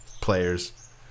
players